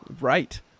Right